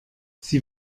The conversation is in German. sie